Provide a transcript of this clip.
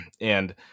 And-